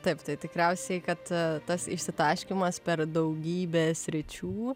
taip tai tikriausiai kad tas išsitaškymas per daugybę sričių